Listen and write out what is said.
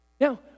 Now